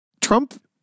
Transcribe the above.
Trump